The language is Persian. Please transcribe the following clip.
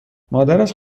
مادرش